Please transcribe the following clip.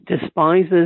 despises